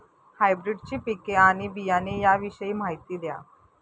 हायब्रिडची पिके आणि बियाणे याविषयी माहिती द्या